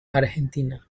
argentina